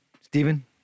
Stephen